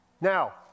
Now